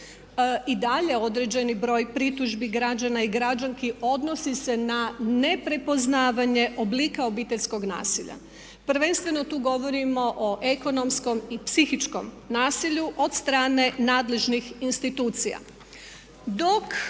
I dalje određeni broj pritužbi građana i građanki odnosi se na ne prepoznavanje oblika obiteljskog nasilja. Prvenstveno tu govorimo o ekonomskom i psihičkom nasilju od strane nadležnih institucija.